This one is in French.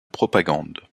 propagande